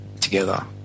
together